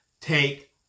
take